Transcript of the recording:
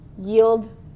yield